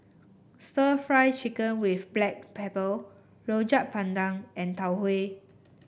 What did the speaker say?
stir Fry Chicken with Black Pepper Rojak Bandung and Tau Huay